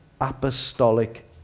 apostolic